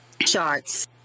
charts